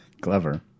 clever